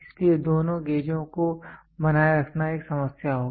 इसलिए दोनों गेजों को बनाए रखना एक समस्या होगी